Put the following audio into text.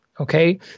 Okay